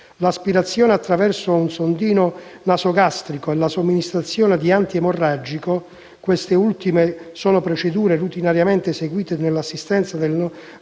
l'aspirazione attraverso sondino nasogastrico e la somministrazione di antiemorragico, queste ultime sono procedure routinariamente eseguite nell'assistenza al